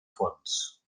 fons